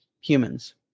humans